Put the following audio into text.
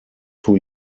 two